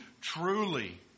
truly